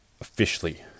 officially